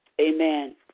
Amen